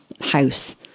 house